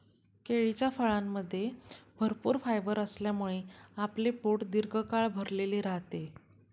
केळीच्या फळामध्ये भरपूर फायबर असल्यामुळे आपले पोट दीर्घकाळ भरलेले राहते